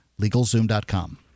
legalzoom.com